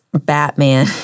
Batman